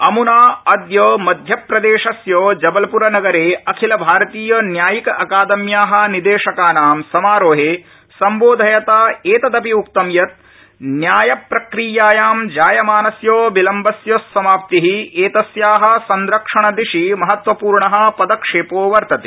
अमुना अद्य मध्यप्रदेशस्य जवलपुरनगरे अखिलभारतीय न्यायिक अकादम्या निदेशकानां समारोहे सम्बोधयता एतदपि उक्तं यत् न्यायप्रक्रियायां जायमानस्य बिलम्बस्य समाप्ति एतस्या संरक्षणदिशि महत्वपूर्ण पदक्षेपो वर्तते